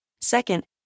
Second